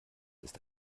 ist